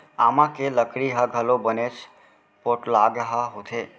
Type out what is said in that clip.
आमा के लकड़ी ह घलौ बनेच पोठलगहा होथे